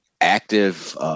active